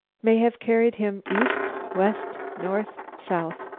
may have carried him east, west, north, south.